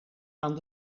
aan